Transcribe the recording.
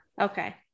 Okay